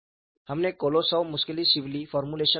हमने Kolosov Muskhelishvili formulation को देखा